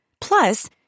Plus